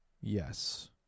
Yes